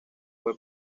fue